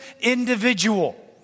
individual